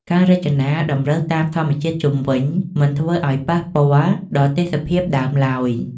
ការរចនាតម្រូវតាមធម្មជាតិជុំវិញ មិនធ្វើឱ្យប៉ះពាល់ដល់ទេសភាពដើមឡើយ។